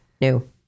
new